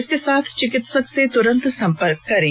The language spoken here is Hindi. इसके साथ चिकित्सक से तुरंत संपर्क करें